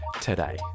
today